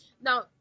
now